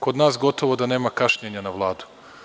Kod nas gotovo da nema kašnjenja na Vladu.